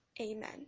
amen